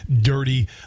dirty